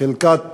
חלקת